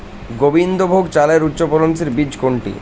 গোবিন্দভোগ চালের উচ্চফলনশীল বীজ কোনটি?